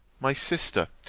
my sister,